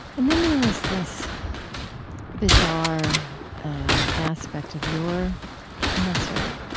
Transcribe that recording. and then there was this bizarre aspect of your cancer